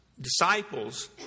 disciples